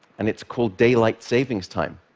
and it's called daylight saving time.